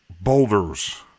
boulders